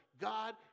God